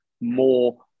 more